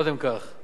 היא אינה מתייחסת,